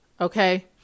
okay